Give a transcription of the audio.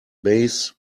base